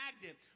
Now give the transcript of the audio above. magnet